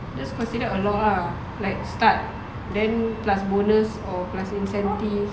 that's considered a lot ah like start then plus bonus or plus incentive